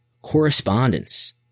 correspondence